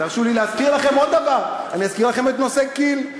תרשו לי להזכיר לכם עוד דבר: אני אזכיר לכם את נושא כי"ל.